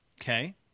Okay